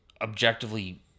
objectively